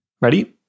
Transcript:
Ready